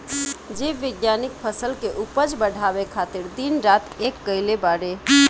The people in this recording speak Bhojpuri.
जीव विज्ञानिक फसल के उपज बढ़ावे खातिर दिन रात एक कईले बाड़े